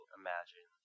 imagine